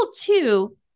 two